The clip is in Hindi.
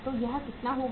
तो यह कितना होगा